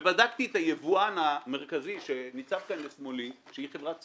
ובדקתי את היבואן המרכזי שניצב כאן לשמאלי שהיא חברת "סימנט",